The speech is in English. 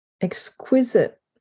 exquisite